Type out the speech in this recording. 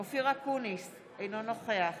אופיר אקוניס, אינו נוכח